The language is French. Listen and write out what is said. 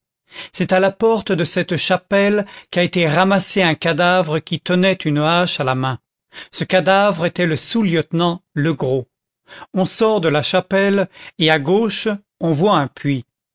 c'est à la porte de cette chapelle qu'a été ramassé un cadavre qui tenait une hache à la main ce cadavre était le sous-lieutenant legros on sort de la chapelle et à gauche on voit un puits